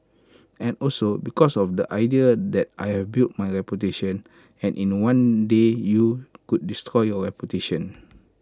and also because of the idea that I've built my reputation and in one day you could destroy your reputation